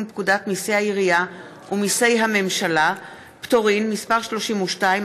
פקודת מיסי העירייה ומיסי הממשלה (פטורין) (מס' 32),